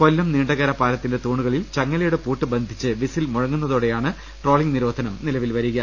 കൊല്ലം നീണ്ടകര പാലത്തിന്റെ തൂണുകളിൽ ചങ്ങലയുടെ പൂട്ട് ബന്ധിച്ചു വിസിൽ മുഴങ്ങുന്നതോടെയാണ് ട്രോളിങ് നിരോധനം നിലവിൽ വരിക